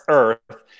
earth